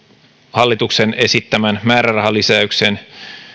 hallituksen esittämän määrärahalisäyksen